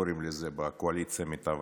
כפי שקוראים לזה בקואליציה המתהווה.